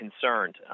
concerned